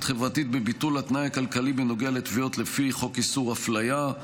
חברתית בביטול התנאי הכלכלי בנוגע לתביעות לפי חוק איסור הפליה,